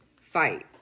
fight